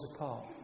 apart